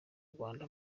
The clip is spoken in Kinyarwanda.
rwanda